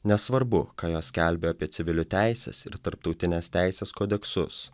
nesvarbu ką jos skelbia apie civilių teises ir tarptautinės teisės kodeksus